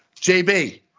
JB